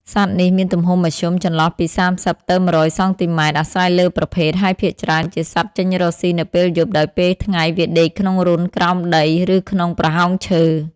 សត្វនេះមានទំហំមធ្យម ចន្លោះពី ៣០ ទៅ ១០០ សង់ទីម៉ែត្រ អាស្រ័យលើប្រភេទ ហើយភាគច្រើនជា សត្វចេញរកស៊ីនៅពេលយប់ ដោយពេលថ្ងៃវាដេកក្នុងរន្ធក្រោមដី ឬក្នុងប្រហោងឈើ។